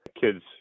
kids